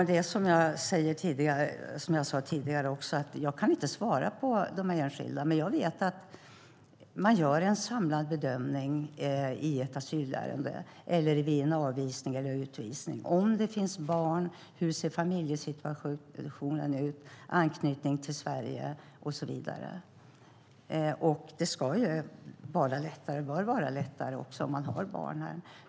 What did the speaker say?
Herr talman! Som jag sade tidigare kan jag inte svara om de enskilda. Men jag vet att man gör en samlad bedömning i ett asylärende eller vid en avvisning eller utvisning, om det finns barn, hur familjesituationen ser ut, anknytning till Sverige och så vidare. Det bör vara lättare om man har barn här.